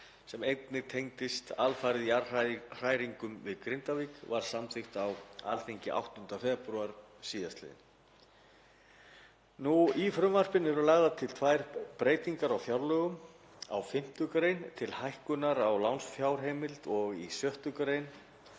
einnig alfarið jarðhræringum við Grindavík og var samþykkt á Alþingi 8. febrúar síðastliðinn. Í frumvarpinu eru lagðar til tvær breytingar á fjárlögum; á 5. gr. til hækkunar á lánsfjárheimild og á 6. gr.